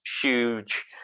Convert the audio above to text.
huge